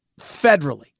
federally